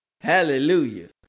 Hallelujah